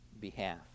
behalf